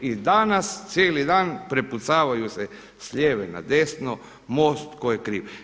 I danas cijeli dan prepucavaju se s lijeve na desno, MOST, tko je kriv.